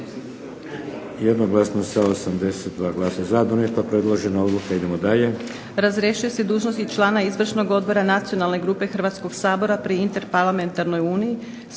Jednoglasno sa 82 glasa za